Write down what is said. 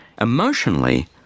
Emotionally